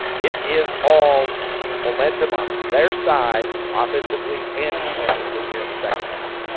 it is all momentum on their side offensively and defensively here in the second half.